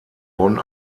bonn